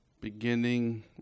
beginning